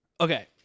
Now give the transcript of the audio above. Okay